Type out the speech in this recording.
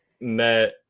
met